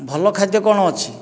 ଭଲ ଖାଦ୍ୟ କ'ଣ ଅଛି